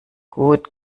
gut